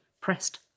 pressed